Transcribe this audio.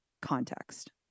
context